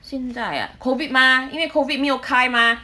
现在 ah COVID mah 因为 COVID 没有开吗